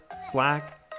slack